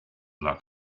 luck